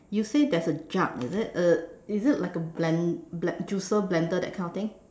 you say there's a jug is it uh is it like a blend~ ble~ juicer blender that kind of thing